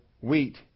wheat